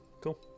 Cool